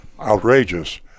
outrageous